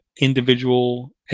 individual